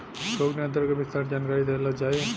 रोग नियंत्रण के विस्तार जानकरी देल जाई?